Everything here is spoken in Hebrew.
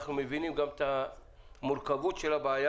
אנחנו מבינים גם את המורכבות של הבעיה.